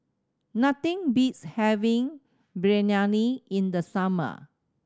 nothing beats having Biryani in the summer